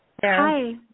Hi